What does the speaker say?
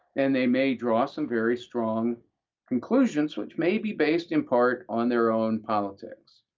and they may draw some very strong conclusions, which may be based in part on their own politics,